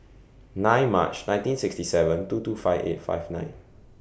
nine March nineteen sixty seven two two five eight five nine